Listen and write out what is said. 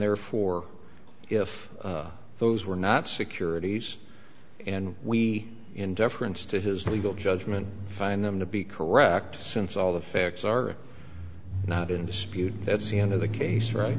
therefore if those were not securities and we in deference to his legal judgment find them to be correct since all the facts are not in dispute at sea and of the case right